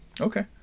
Okay